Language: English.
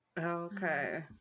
Okay